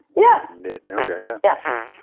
yes knit. and okay, yeah yes.